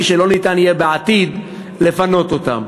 של אחרים שלא ניתן יהיה בעתיד לפנות אותם.